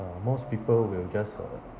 uh most people will just uh